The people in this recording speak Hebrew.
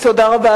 תודה רבה.